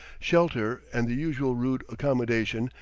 shelter, and the usual rude accommodation,